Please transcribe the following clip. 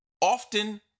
often